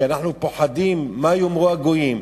כי אנחנו פוחדים מה יאמרו הגויים,